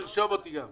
תודה רבה.